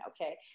okay